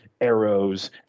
arrows